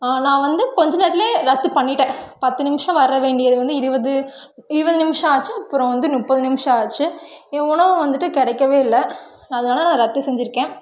நான் வந்து கொஞ்ச நேரத்துலேயே ரத்து பண்ணிவிட்டேன் பத்து நிமிஷம் வரவேண்டியது வந்து இருபது இருபது நிமிஷம் ஆச்சு அப்புறம் வந்து முப்பது நிமிஷம் ஆச்சு என் உணவு வந்துவிட்டு கிடைக்கவேயில்ல அதனால நான் ரத்து செஞ்சுருக்கேன்